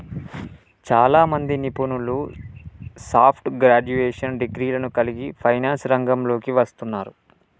చాలామంది నిపుణులు soft graduation డిగ్రీలను కలిగి ఫైనాన్స్ రంగంలోకి వస్తున్నారు